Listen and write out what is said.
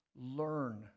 learn